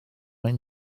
ein